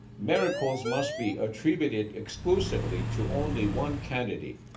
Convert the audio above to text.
miracles must be attributed exclusively to only one candidate,